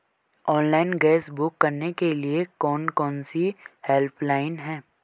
Online gas book करने के लिए कौन कौनसी हेल्पलाइन हैं?